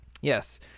Yes